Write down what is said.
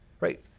Right